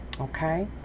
okay